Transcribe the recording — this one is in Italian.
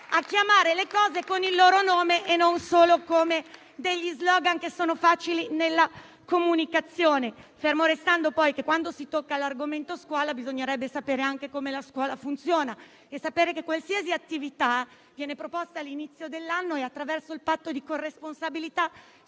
a chiamare le cose con il loro nome e a non usare solo *slogan* che sono facili nella comunicazione, fermo restando poi che, quando si tocca l'argomento della scuola, bisognerebbe sapere anche come la scuola funziona e sapere che qualsiasi attività viene proposta all'inizio dell'anno, attraverso un patto di corresponsabilità,